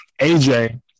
AJ